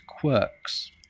quirks